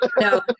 No